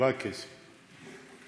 שבעה קייסים יושבים,